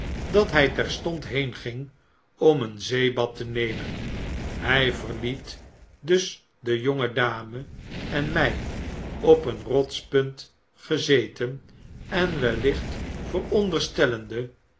dat hij tersfcond heenging om een zeebad te nemen hy verliet dus de jonge dame en my op een rotspunt gezeten en wellicht